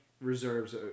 reserves